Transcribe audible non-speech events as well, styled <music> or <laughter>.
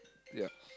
<noise> ya